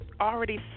already